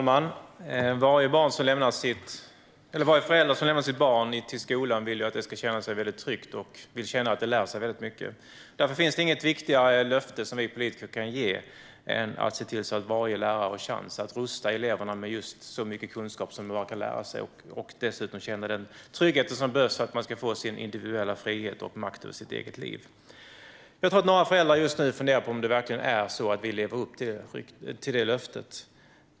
Herr talman! Varje förälder som lämnar sitt barn i skolan vill att det ska känna sig väldigt tryggt och att det lär sig mycket. Därför finns det inget viktigare löfte som vi politiker kan ge än att se till att varje lärare har chans att rusta eleverna med så mycket kunskap som möjligt. Dessutom ska barnet känna den trygghet som behövs för att det ska få individuell frihet och makt över sitt eget liv. Jag tror att några föräldrar just nu funderar på om vi verkligen lever upp till det löftet.